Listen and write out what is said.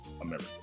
America